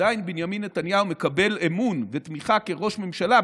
עדיין בנימין נתניהו מקבל אמון ותמיכה כראש ממשלה,